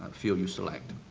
field you select.